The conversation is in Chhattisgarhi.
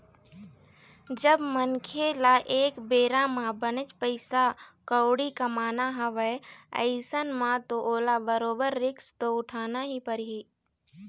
जब मनखे ल एक बेरा म बनेच पइसा कउड़ी कमाना हवय अइसन म तो ओला बरोबर रिस्क तो उठाना ही परही